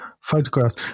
photographs